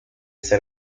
ser